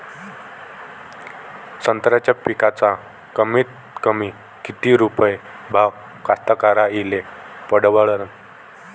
संत्र्याचा पिकाचा कमीतकमी किती रुपये भाव कास्तकाराइले परवडन?